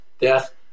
Death